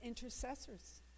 intercessors